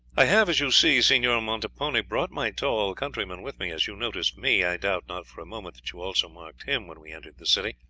i have, as you see, signor montepone, brought my tall countryman with me as you noticed me, i doubt not for a moment that you also marked him when we entered the city.